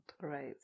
right